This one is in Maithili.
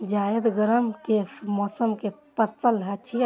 जायद गर्मी के मौसम के पसल छियै